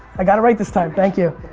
i got it right this time. thank you.